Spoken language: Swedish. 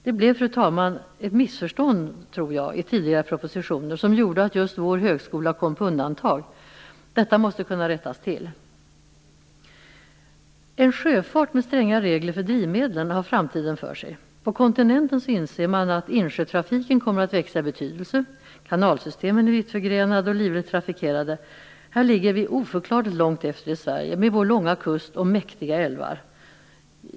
Jag tror, fru talman, att det blev ett missförstånd i tidigare propositioner, som gjorde att just vår högskola kom på undantag. Detta måste kunna rättas till. En sjöfart med stränga regler för drivmedel har framtiden för sig. På kontinenten inser man att insjötrafiken kommer att växa i betydelse. Kanalsystemen är vittförgrenade och livligt trafikerade. Här ligger vi oförklarligt långt efter i Sverige, med vår långa kust och våra mäktiga älvar.